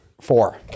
Four